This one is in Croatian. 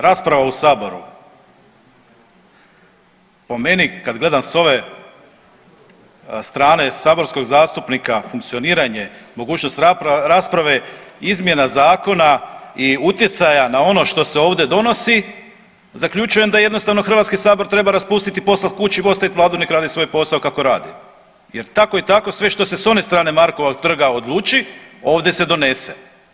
Rasprava u saboru po meni kad gledam s ove strane saborskog zastupnika funkcioniranja mogućnost rasprave izmjena zakona i utjecaja na ono što se ovdje donosi, zaključujem da jednostavno HS treba raspustiti i poslat kući i ostavit vladu nek radi svoj posao kako radi jer tako i tako sve što se s one strane Markova trga odluči ovdje se donese.